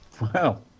Wow